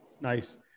Nice